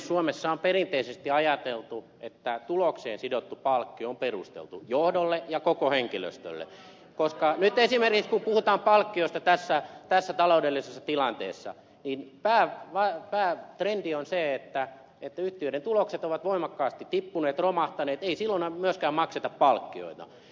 suomessa on perinteisesti ajateltu että tulokseen sidottu palkkio on perusteltu johdolle ja koko henkilöstölle koska nyt esimerkiksi kun puhutaan palkkioista tässä taloudellisessa tilanteessa kun päätrendi on se että yhtiöiden tulokset ovat voimakkaasti tippuneet romahtaneet ei silloin myöskään makseta palkkioita